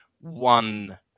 one